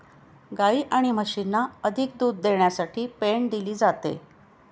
गायी आणि म्हशींना अधिक दूध देण्यासाठी पेंड दिली जाते